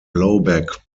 blowback